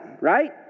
right